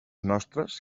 nostres